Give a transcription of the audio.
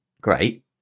great